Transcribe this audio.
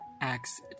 Acts